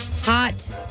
Hot